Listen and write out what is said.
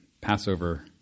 Passover